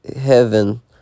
heaven